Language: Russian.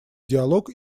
диалог